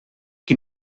qui